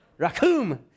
rakum